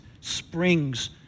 springs